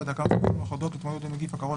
"תקנות סמכויות מיוחדות להתמודדות עם נגיף הקורונה